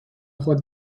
خود